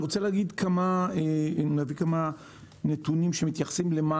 אני רוצה להציג כמה נתונים שמתייחסים לשאלה מה